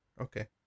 Okay